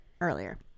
earlier